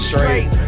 Straight